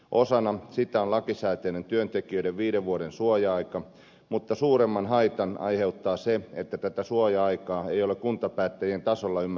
osana sitä on lakisääteinen työntekijöiden viiden vuoden suoja aika mutta suuremman haitan aiheuttaa se että tätä suoja aikaa ei ole kuntapäättäjien tasolla ymmärretty oikein